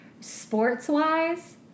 sports-wise